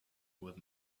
with